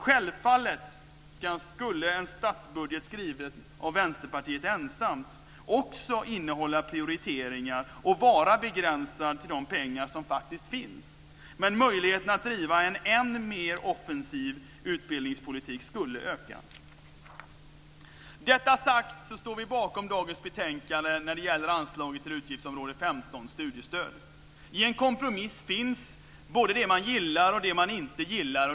Självfallet skulle en statsbudget skriven av Vänsterpartiet ensamt också innehålla prioriteringar och vara begränsad till de pengar som faktiskt finns, men möjligheterna att driva en än mer offensiv utbildningspolitik skulle öka. Med detta sagt står vi bakom dagens betänkande när det gäller anslaget till utgiftsområde 15, studiestöd. I en kompromiss finns både det man gillar och det man inte gillar.